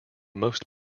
most